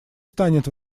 станет